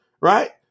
right